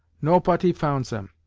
nopoty fount zem.